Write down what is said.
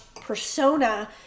persona